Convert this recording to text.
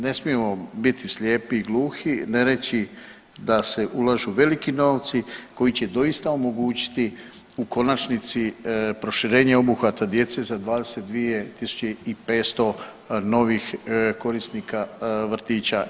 Ne smije biti slijepi i gluhi ne reći da se ulažu veliki novci koji će doista omogućiti u konačnici proširenje obuhvata djece za 22.500 novih korisnika vrtića.